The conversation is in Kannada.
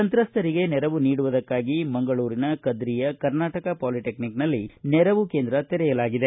ಸಂತ್ರಸ್ತರಿಗೆ ನೆರವು ನೀಡುವುಕ್ಕಾಗಿ ಮಂಗಳೂರಿನ ಕದ್ರಿಯ ಕರ್ನಾಟಕ ಪಾಲಿಟೆಕ್ನಿಕ್ನಲ್ಲಿ ನೆರವು ಕೇಂದ್ರ ತೆರೆಯಲಾಗಿದೆ